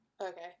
okay